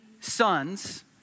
sons